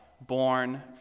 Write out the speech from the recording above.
born